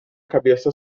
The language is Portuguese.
cabeça